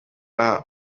aha